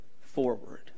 forward